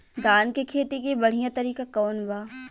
धान के खेती के बढ़ियां तरीका कवन बा?